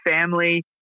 family